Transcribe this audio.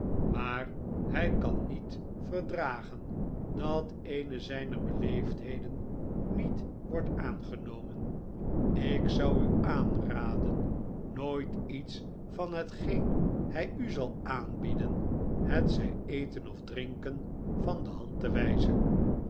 maar hij kan niet verdragen dat eene zijner beleefdheden niet wordt aangenomen ik lord byron en grimaldi zou u aanraden nooit iets van hetgeen hij u zal aanbieden hetzij eten of drinken van demand te wijzen